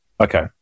Okay